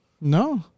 No